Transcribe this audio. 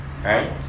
right